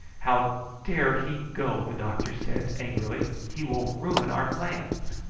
how dare he go! the doctor said angrily. he will ruin our plans!